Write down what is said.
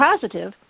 positive